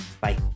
Bye